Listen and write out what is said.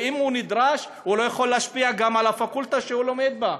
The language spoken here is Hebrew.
ואם הוא נדרש הוא גם לא יכול להשפיע על הפקולטה שהוא לומד בה,